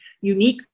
unique